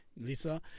Lisa